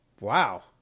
wow